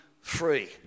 free